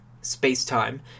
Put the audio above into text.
space-time